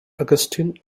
augustine